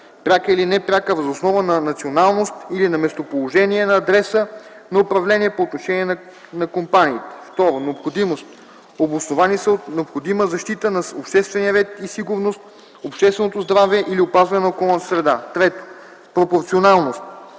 пряка или непряка въз основа на националност или на местоположение на адреса на управление по отношение на компаниите; 2. необходимост – обосновани са от необходима защита на обществения ред и сигурност, общественото здраве или опазване на околната среда; 3. пропорционалност